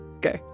go